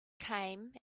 came